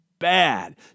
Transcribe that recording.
Bad